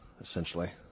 essentially